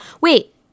Wait